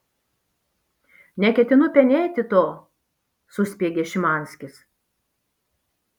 neketinu penėti to suspiegė šimanskis